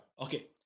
Okay